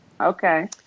Okay